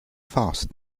fast